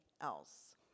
else